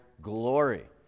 glory